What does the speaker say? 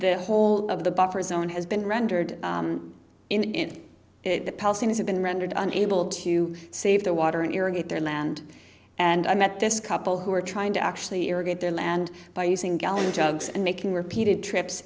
the whole of the buffer zone has been rendered in the palestinian have been rendered an able to save the water and irrigate their land and i met this couple who were trying to actually irrigate their land by using gallon jugs and making repeated trips